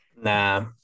Nah